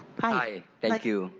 hi, thank you.